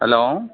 hello